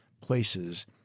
places